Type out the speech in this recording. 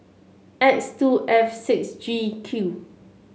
X two F six G Q